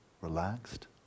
relaxed